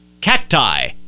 Cacti